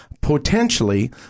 potentially